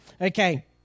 Okay